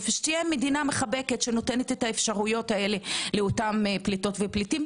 שתהיה מדינה מחבקת שנותנת את האפשרויות האלה לאותם פליטים ופליטות,